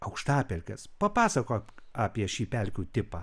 aukštapelkes papasakok apie šį pelkių tipą